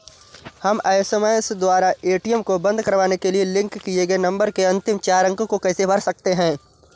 हम एस.एम.एस द्वारा ए.टी.एम को बंद करवाने के लिए लिंक किए गए नंबर के अंतिम चार अंक को कैसे भर सकते हैं?